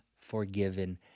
forgiven